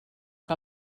que